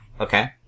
Okay